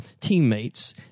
teammates